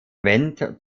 wendt